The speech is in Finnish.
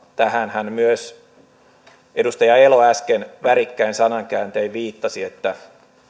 tähänhän myös edustaja elo äsken värikkäin sanakääntein viittasi että